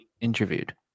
interviewed